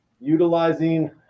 utilizing